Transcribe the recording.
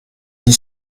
une